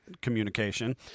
communication